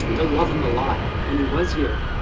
and to love him a lot when he was here